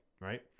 Right